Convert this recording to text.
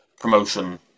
promotion